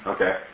Okay